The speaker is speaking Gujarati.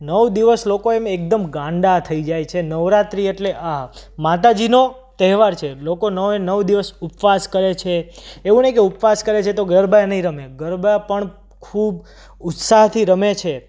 નવ દિવસ લોકો એમને એકદમ ગાંડા થઈ જાય છે નવરાત્રિ એટલે આ માતાજીનો તહેવાર છે લોકો નવે નવ દિવસ ઉપવાસ કરે છે એવું નહીં કે ઉપવાસ કરે છે તો ગરબા નહીં રમે ગરબા પણ ખૂબ ઉત્સાહથી રમે છે